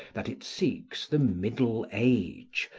that it seeks the middle age,